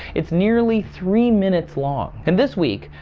it's nearly three minutes long. and this week,